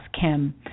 Kim